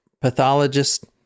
pathologist